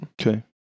Okay